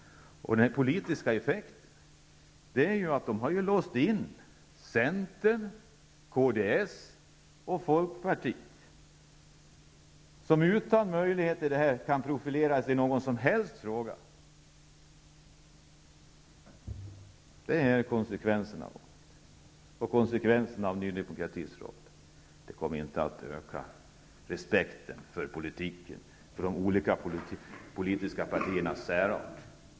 Den politiska effekten är att de har låst in Centern, kds och Folkpartiet, så att de inte har möjlighet att profilera sig i någon som helst fråga. Det är konsekvenserna av Ny demokratis roll. Det kommer inte att öka respekten för politiken och för de olika politiska partiernas särart.